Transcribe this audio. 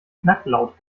knacklaut